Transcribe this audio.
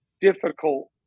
difficult